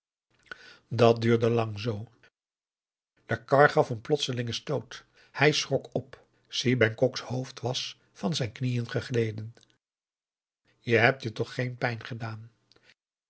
dat duurde làng zoo de kar gaf een plotselingen stoot hij schrok op si bengkoks hoofd was van zijn knieën gegleden je hebt je toch geen pijn gedaan